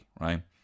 Right